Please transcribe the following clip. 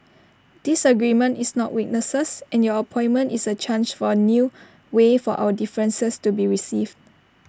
disagreement is not weakness and your appointment is A chance for A new way for our differences to be received